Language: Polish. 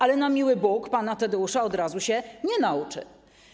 Ale na miły Bóg, ˝Pana Tadeusza˝ od razu się nie nauczy.